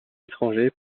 étrangers